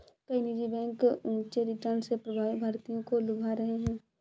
कई निजी बैंक ऊंचे रिटर्न से प्रवासी भारतीयों को लुभा रहे हैं